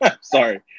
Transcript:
sorry